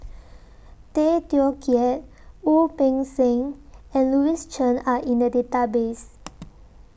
Tay Teow Kiat Wu Peng Seng and Louis Chen Are in The Database